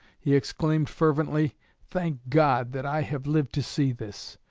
he exclaimed fervently thank god that i have lived to see this!